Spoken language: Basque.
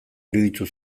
iruditu